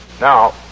Now